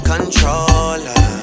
Controller